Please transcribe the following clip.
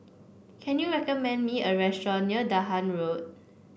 can you recommend me a restaurant near Dahan Road